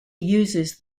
uses